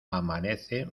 amanece